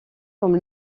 comme